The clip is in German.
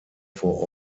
vor